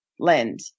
Lend